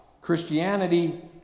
Christianity